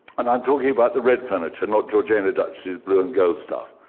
and i'm talking about the red furniture, not georgina duchess' blue and gold stuff.